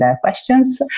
questions